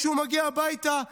כשהוא מגיע הביתה,